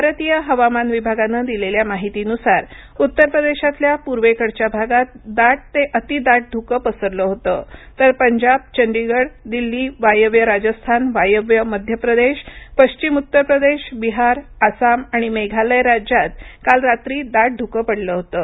भारतीय हवामान विभागानंदिलेल्या माहितीनुसार उत्तर प्रदेशातल्या पूर्वेकडच्याभागात दाट ते अति दाट धुकं पसरलं होतं तर पंजाबचंदीगड दिल्ली वायव्यराजस्थान वायव्य मध्य प्रदेश पश्चिमउत्तर प्रदेश बिहार आसाम आणि मेघालयराज्यात काल रात्री दाट धुकं पडलं होतं